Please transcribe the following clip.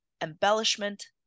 embellishment